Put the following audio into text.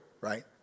right